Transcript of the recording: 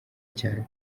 cyane